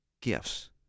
gifts